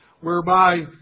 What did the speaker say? whereby